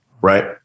right